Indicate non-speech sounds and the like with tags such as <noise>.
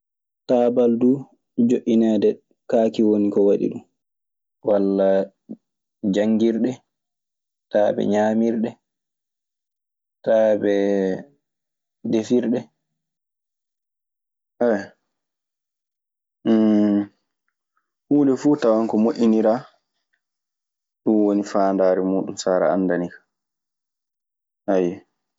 Taabal duu joƴƴineede kaake woni ko waɗi dum, wana janngirɗe, taaɓe ñaamirɗe, taaɓe defirɗe. <hesitation> Huunde fu tawan ko moƴƴiniraa, ɗun woni faandaare muuɗun so aɗe anndani ka. Ayyo.